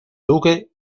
duque